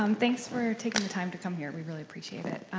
um thanks for yeah taking the time to come here, we really appreciate it.